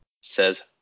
says